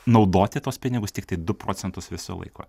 naudoti tuos pinigus tiktai du procentus viso laiko